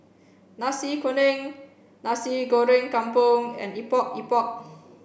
Nasi Kuning Nasi Goreng Kampung and Epok Epok